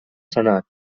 senat